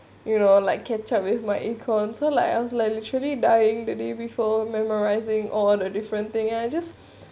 you know like catch up with my econs so like I was like literally dying the day before memorising all of the different thing I just